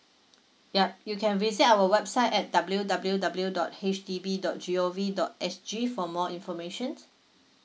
yup you can visit our website at w w w dot H D B dot g o v dot s g for more information